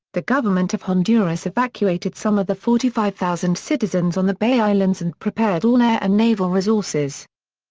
the government of honduras evacuated some of the forty five thousand citizens on the bay islands and prepared all air and naval resources.